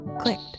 clicked